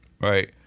right